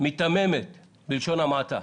-- ומיתממת, בלשון המעטה.